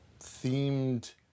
themed